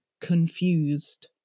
confused